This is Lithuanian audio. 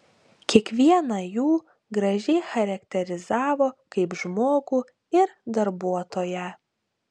kiekvieną jų gražiai charakterizavo kaip žmogų ir darbuotoją